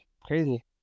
crazy